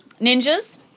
Ninjas